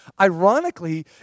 Ironically